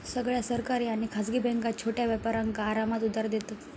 सगळ्या सरकारी आणि खासगी बॅन्का छोट्या व्यापारांका आरामात उधार देतत